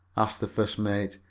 asked the first mate,